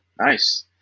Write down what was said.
nice